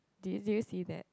do you do you see that